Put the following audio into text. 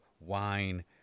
wine